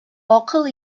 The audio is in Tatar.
акыл